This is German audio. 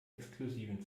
exklusiven